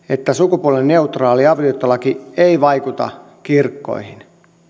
että sukupuolineutraali avioliittolaki ei vaikuta kirkkoihin